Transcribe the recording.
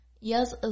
Yes